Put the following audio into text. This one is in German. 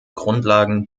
grundlagen